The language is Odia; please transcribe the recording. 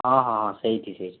ହଁ ହଁ ହଁ ସେଇଟି ସିଏ